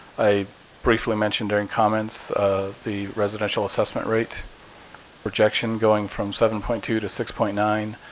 i briefly mentioned during comments the residential assessment rate projection, going from seven point two to six point nine,